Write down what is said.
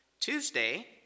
Tuesday